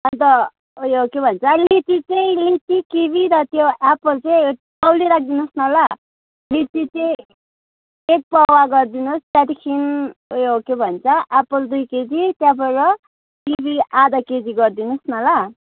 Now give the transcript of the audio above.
अन्त उयो के भन्छ लिची चाहिँ लिची किवी र त्यो एप्पल चाहिँ तौली राखिदिनु होस् न ल लिची चाहिँ एक पउवा गरिदिनु होस् त्यहाँदेखि उयो के भन्छ एप्पल दुई केजी त्यहाँबाट किवी आधा केजी गरिदिनु होस् न ल